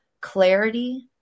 clarity